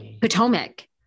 Potomac